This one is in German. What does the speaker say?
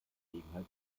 gelegenheit